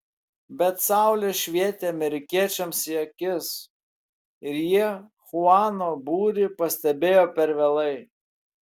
bet saulė švietė amerikiečiams į akis ir jie chuano būrį pastebėjo per vėlai